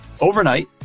Overnight